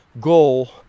goal